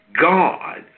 God